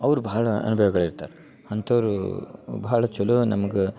ಅವ್ರು ಬಹಳ ಅನ್ಭವಿಗಳು ಇರ್ತಾರೆ ಅಂಥವ್ರೂ ಬಹಳ ಚಲೋ ನಮ್ಗ